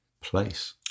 place